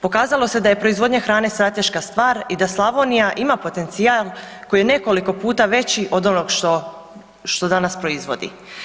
Pokazalo se da je proizvodnja hrane strateška stvar i da Slavonija ima potencijal koji je nekoliko puta veći od onog što danas proizvodi.